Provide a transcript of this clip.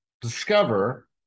discover